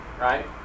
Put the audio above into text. right